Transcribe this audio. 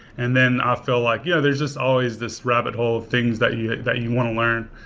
and then i feel like, yeah, there's just always this rabbit hole of things that you that you want to learn.